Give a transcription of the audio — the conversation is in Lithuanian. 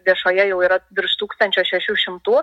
viešoje jau yra virš tūkstančio šešių šimtų